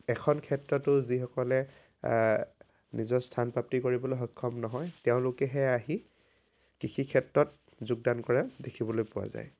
এখন ক্ষেত্ৰতো যিসকলে নিজৰ স্থান প্ৰাপ্তি কৰিবলৈ সক্ষম নহয় তেওঁলোকেহে আহি কৃষিক্ষেত্ৰত যোগদান কৰা দেখিবলৈ পোৱা যায়